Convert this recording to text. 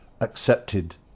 accepted